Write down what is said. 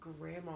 grandma